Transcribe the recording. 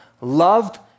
loved